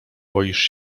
boisz